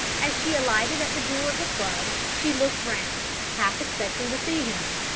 as she alighted at the door of the club she looked round, half expecting to see him.